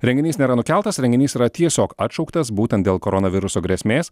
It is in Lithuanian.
renginys nėra nukeltas renginys yra tiesiog atšauktas būtent dėl koronaviruso grėsmės